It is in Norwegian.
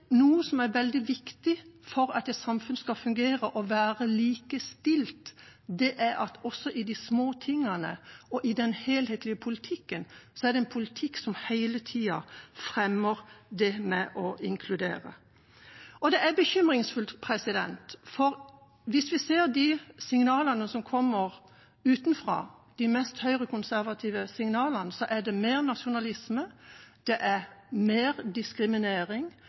veldig viktig for at et samfunn skal fungere og være likestilt, er at det også i de små tingene og i den helhetlige politikken er en politikk som hele tiden fremmer det med å inkludere. Dette er bekymringsfullt, for hvis vi ser signalene som kommer utenfra, de mest høyrekonservative signalene, er det mer nasjonalisme, mer diskriminering, mer